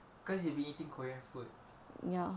cause you've been eating korean food